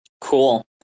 Cool